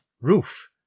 roof